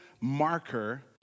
marker